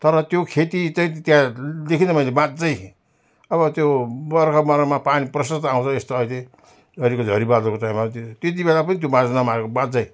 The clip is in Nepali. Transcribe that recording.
तर त्यो खेती चाहिँ त्यहाँ देखिन मैले बाँझै अब त्यो बर्खा महिनामा पानी प्रशस्तै आउँछ यस्तो अहिले अहिलेको झरी बादलको टाइममा ते त्यति बेला पनि त्यो बाँझो नमारेको बाँझै